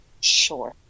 Sure